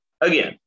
again